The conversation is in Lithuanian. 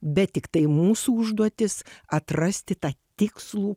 bet tiktai mūsų užduotis atrasti tą tikslų